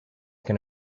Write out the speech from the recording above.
can